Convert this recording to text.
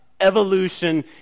evolution